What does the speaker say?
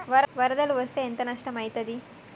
వరదలు వస్తే ఎంత నష్టం ఐతది?